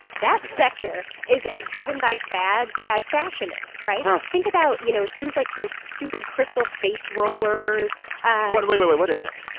that sector is as driven by fads as fashion is, right? think about, you know, things like those stupid crystal face rollers what? wait, but wait, wait. what is that?